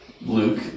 Luke